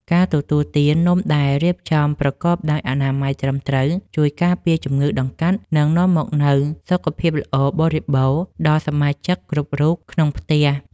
ការទទួលទាននំដែលរៀបចំប្រកបដោយអនាម័យត្រឹមត្រូវជួយការពារជំងឺតម្កាត់ និង នាំមកនូវសុខភាពល្អបរិបូរណ៍ដល់សមាជិកគ្រប់រូបក្នុងផ្ទះ។